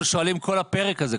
אנחנו שואלים על כל הפרק הזה,